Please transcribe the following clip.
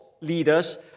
leaders